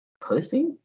Pussy